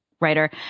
writer